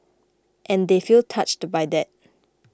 and they feel touched by that